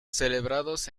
celebrados